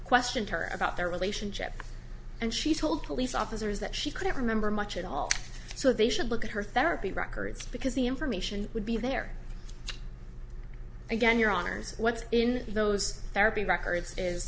questioned her about their relationship and she told police officers that she i don't remember much at all so they should look at her therapy records because the information would be there again your honour's what's in those therapy records is